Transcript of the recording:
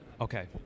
Okay